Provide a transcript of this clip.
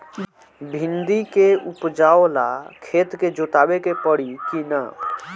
भिंदी के उपजाव ला खेत के जोतावे के परी कि ना?